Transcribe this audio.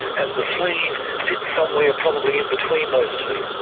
and the sleeve fits somewhere probably in-between those two.